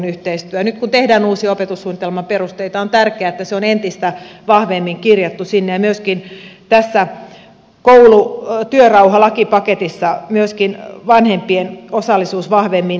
nyt kun tehdään uusia opetussuunnitelman perusteita on tärkeää että se on entistä vahvemmin kirjattu sinne ja myöskin tässä koulu työrauhalakipaketissa vanhempien osallisuus vahvemmin kirjataan